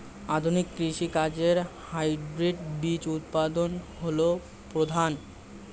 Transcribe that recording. আধুনিক কৃষি কাজে হাইব্রিড বীজ উৎপাদন হল প্রধান